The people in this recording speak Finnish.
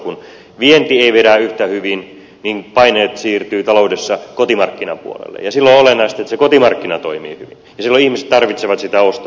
kun vienti ei vedä yhtä hyvin niin paineet siirtyvät taloudessa kotimarkkinapuolelle ja silloin olennaista on että se kotimarkkina toimii hyvin ja silloin ihmiset tarvitsevat sitä ostovoimaa